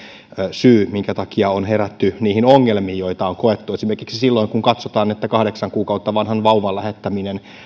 syy minkä takia on herätty niihin ongelmiin joita on koettu esimerkiksi silloin kun katsotaan että kahdeksan kuukautta vanha vauva on lähetettävä